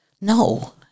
No